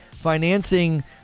Financing